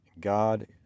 God